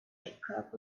nightclub